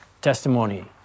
testimony